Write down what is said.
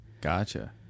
Gotcha